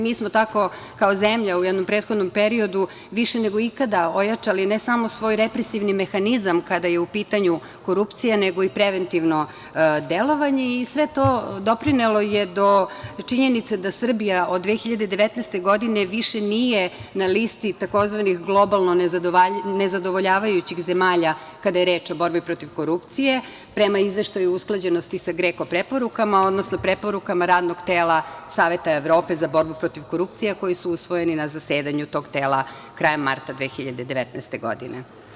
Mi smo tako kao zemlja u jednom prethodnom periodu više nego ikada ojačali ne samo svoj represivni mehanizam kada je u pitanju korupcija, nego i preventivno delovanje i sve to doprinelo je do činjenice da Srbija od 2019. godine više nije na listi tzv. globalno nezadovoljavajućih zemalja kada je reč o borbi protiv korupcije, prema izveštaju o usklađenosti sa GREKO preporukama, odnosno preporukama Radnog tela Saveta Evrope za borbu protiv korupcije, koji su usvojeni na zasedanju tog tela krajem marta 2019. godine.